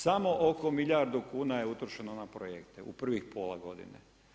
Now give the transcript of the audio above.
Samo oko milijardu kuna je utrošeno na projekte u privih pola godine.